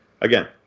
Again